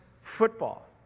football